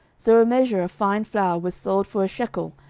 so a measure of fine flour was sold for a shekel,